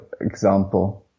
example